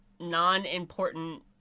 non-important